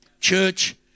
church